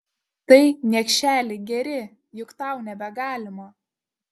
tai niekšeli geri juk tau nebegalima